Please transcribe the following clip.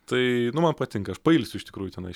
tai nu man patinka aš pailsiu iš tikrųjų tenai